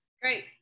Great